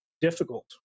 difficult